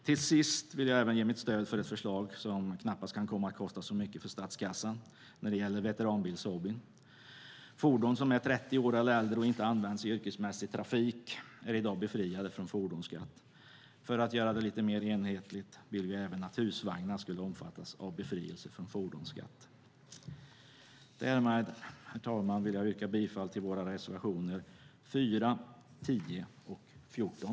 Till sist vill jag även ge mitt stöd till ett förslag som knappast kan komma att kosta statskassan så mycket. Det gäller veteranbilshobbyn. Fordon som är 30 år eller äldre och inte används i yrkesmässig trafik är i dag befriade från fordonsskatt. För att göra det lite mer enhetligt vill vi att även husvagnar omfattas av befrielse från fordonsskatt. Därmed, herr talman, vill jag yrka bifall till våra reservationer 4, 10 och 14.